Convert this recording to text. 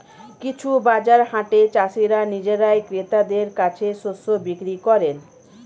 কিছু বাজার হাটে চাষীরা নিজেরাই ক্রেতাদের কাছে শস্য বিক্রি করেন